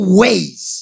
ways